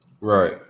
Right